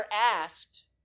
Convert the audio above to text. asked